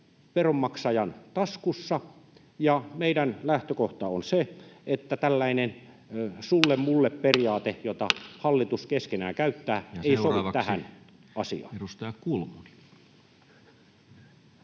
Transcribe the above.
veronmaksajan taskussa, ja meidän lähtökohtamme on se, että tällainen sulle—mulle-periaate, jota hallitus keskenään käyttää, ei sovi tähän asiaan.